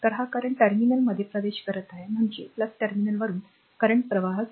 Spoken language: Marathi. तर हा करंट टर्मिनल मध्ये प्रवेश करत आहे म्हणजे टर्मिनल वरुन current प्रवाह चालू आहे